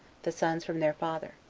the sons from their father.